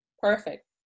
Perfect